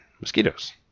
mosquitoes